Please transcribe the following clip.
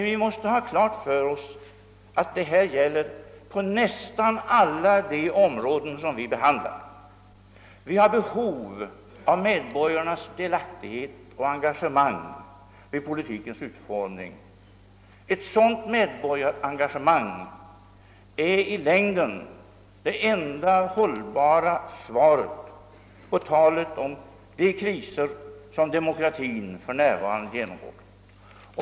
Vi måste ha klart för oss att här som på nästan alla de områden vi behandlar gäller att vi har behov av medborgarnas delaktighet och engagemang vid politikens utformning. Ett sådant medborgarengagemang är i längden det enda hållbara svaret på talet om de kriser som demokratin för närvarande genomlever.